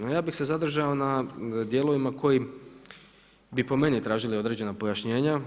No, ja bih se zadržao na dijelovima koji bi po meni tražili određena pojašnjenja.